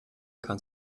kann